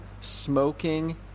Smoking